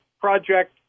project